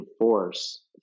force